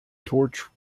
torch